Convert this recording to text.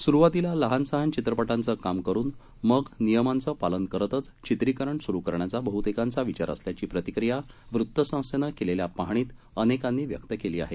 सुरुवातीला लहान लहान चित्रपटांचं काम करुन मग नियमांचं पालन करीतच चित्रीकरण सुरु करण्याचा बहुतेकांचा विचार असल्याची प्रतिक्रीया वृत्तसंस्थेनं केलेल्या पाहणीत अनेकांनी व्यक्त केली आहे